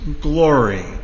glory